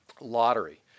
lottery